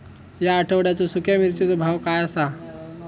या आठवड्याचो सुख्या मिर्चीचो भाव काय आसा?